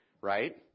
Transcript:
Right